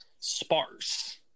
sparse